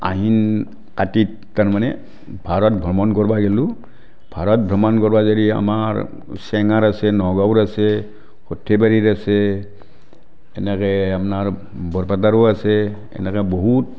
আহিন কাতিত তাৰমানে ভাৰত ভ্ৰমণ কৰবা গেলো ভাৰত ভ্ৰমণ কৰবা গেলি আমাৰ চেঙাৰ আছে নগাঁৱৰ আছে সৰ্থেবাৰীৰ আছে এনেকৈ আপোনাৰ বৰপেটাৰো আছে এনেকৈ বহুত